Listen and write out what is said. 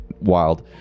wild